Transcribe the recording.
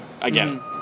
Again